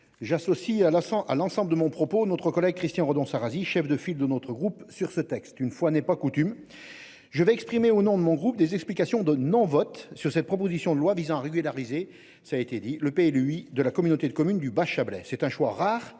la 100 à l'ensemble de mon propos, notre collègue Christian renonce Arazi chef de file de notre groupe sur ce texte. Une fois n'est pas coutume. Je vais exprimer au nom de mon groupe. Des explications de non vote sur cette proposition de loi visant à régulariser, ça a été dit, le pays lui de la communauté de communes du Chablais. C'est un choix rare